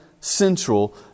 central